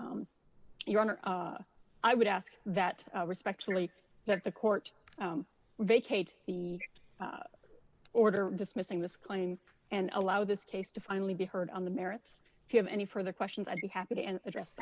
your honor i would ask that respectfully that the court vacate the order dismissing this claim and allow this case to finally be heard on the merits if you have any further questions i'd be happy to address